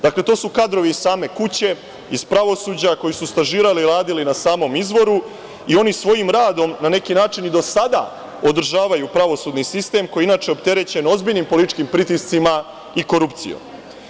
Dakle, to su kadrovi iz same kuće, iz pravosuđa, koji su stažirali, radili na samom izvoru i oni svojim radom na neki način i do sada održavaju pravosudni sistem koji je inače opterećen ozbiljnim političkim pritiscima i korupcijom.